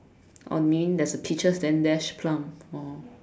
or you mean there's a peaches then dash plum oh